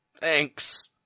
Thanks